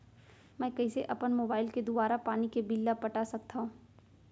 मैं कइसे अपन मोबाइल के दुवारा पानी के बिल ल पटा सकथव?